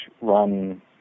run